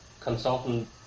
consultant